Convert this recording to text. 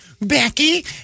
Becky